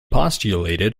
postulated